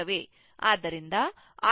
ಆದ್ದರಿಂದ i ∞ V 1 ∞60 1